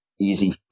easy